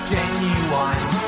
Genuine